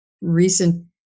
recent